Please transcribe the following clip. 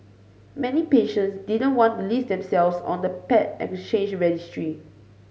many patients didn't want to list themselves on the paired exchange registry